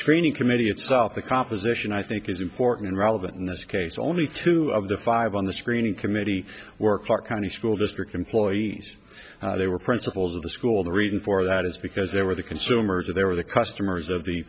screening committee itself the composition i think is important relevant in this case only two of the five on the screening committee work are county school district employees they were principals of the school the reason for that is because they were the consumers or there were the customers of the